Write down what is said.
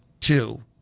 two